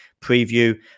preview